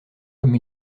comme